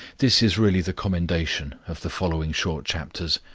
this is really the commendation of the following short chapters.